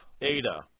Ada